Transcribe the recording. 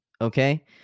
okay